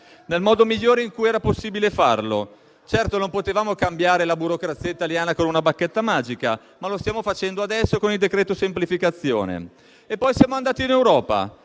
nel modo migliore in cui era possibile farlo. Certo, non potevamo cambiare la burocrazia italiana con una bacchetta magica, ma lo stiamo facendo adesso con il decreto semplificazione. Poi siamo andati in Europa